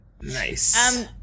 Nice